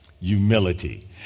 humility